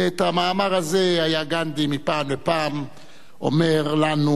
ואת המאמר הזה היה גנדי מפעם לפעם אומר לנו,